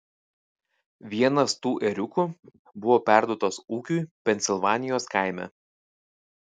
vienas tų ėriukų buvo perduotas ūkiui pensilvanijos kaime